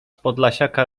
podlasiaka